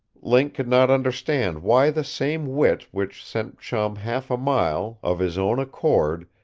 link could not understand why the same wit which sent chum half a mile, of his own accord,